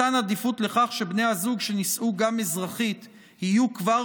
מתן עדיפות לכך שבני זוג שנישאו גם אזרחית יהיו כבר